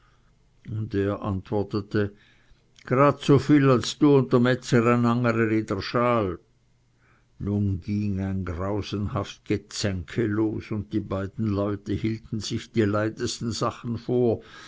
er antwortete grad so viel als du u dr metzger e n angere i dr schaal nun ging ein grausenhaft gezänke los und die beiden leute hielten sich die leidesten sachen vor